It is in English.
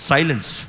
Silence